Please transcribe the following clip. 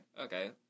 Okay